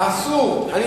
שלא